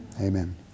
Amen